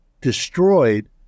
destroyed